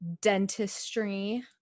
dentistry